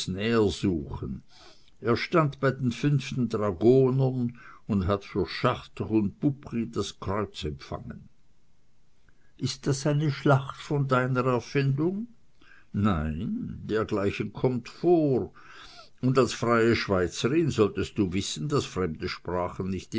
suchen er stand bei den fünften dragonern und hat für chartres und poupry das kreuz empfangen ist das eine schlacht von deiner erfindung nein dergleichen kommt vor und als freie schweizerin solltest du wissen daß fremde sprachen nicht